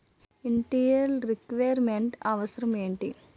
Initial requirement అవసరం ఎంటి?